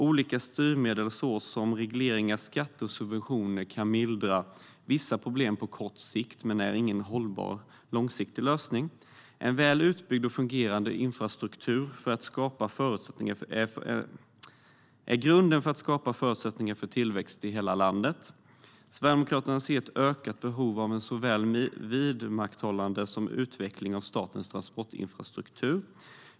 Olika styrmedel såsom regleringar, skatter och subventioner kan mildra vissa problem på kort sikt men är inte hållbara långsiktiga lösningar. En väl utbyggd och fungerande infrastruktur är grunden för att skapa förutsättningar för tillväxt i hela landet. Sverigedemokraterna ser ett ökat behov av såväl vidmakthållande som utveckling av statens transportinfrastruktur.